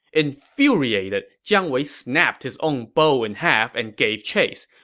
infuriated, jiang wei snapped his own bow in half and gave chase.